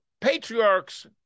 patriarchs